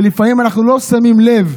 ולפעמים אנחנו לא שמים לב.